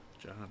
John